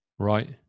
Right